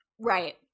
Right